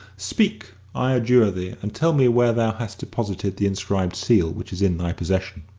speak, i adjure thee, and tell me where thou hast deposited the inscribed seal which is in thy possession.